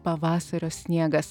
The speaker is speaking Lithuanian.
pavasario sniegas